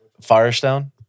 Firestone